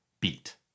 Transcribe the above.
beat